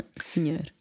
Senhor